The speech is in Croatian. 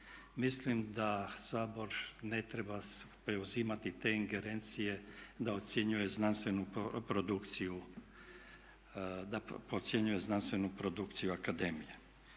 Mislim da Sabor ne treba preuzimati te ingerencije da ocjenjuje znanstvenu produkciju, da